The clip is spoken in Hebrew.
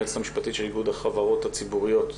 היועצת המשפטית של איגוד החברות הציבוריות,